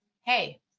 hey